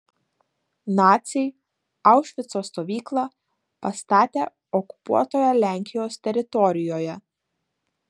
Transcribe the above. naciai aušvico stovyklą pastatė okupuotoje lenkijos teritorijoje